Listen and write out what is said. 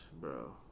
Bro